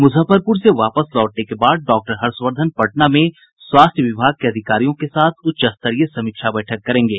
मुजफ्फरपुर से वापस लौटने के बाद डॉक्टर हर्षवर्द्वन पटना में स्वास्थ्य विभाग के अधिकारियों के साथ उच्च स्तरीय समीक्षा बैठक करेंगे